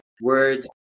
words